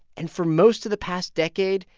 and for most of the past decade,